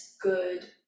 good